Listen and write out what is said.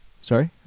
Sorry